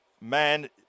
Man